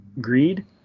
greed